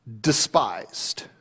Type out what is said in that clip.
despised